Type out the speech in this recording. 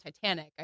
Titanic